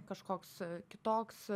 kažkoks kitoks